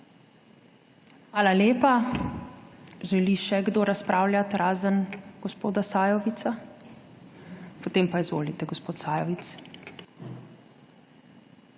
Hvala lepa. Želi še kdo razpravljati razen gospoda Sajovica? Izvolite, gospod Sajovic.